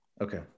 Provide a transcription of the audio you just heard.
okay